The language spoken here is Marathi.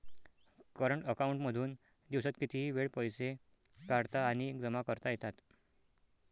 करंट अकांऊन मधून दिवसात कितीही वेळ पैसे काढता आणि जमा करता येतात